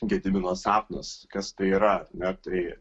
gedimino sapnas kas tai yra na tai